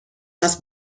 است